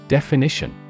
Definition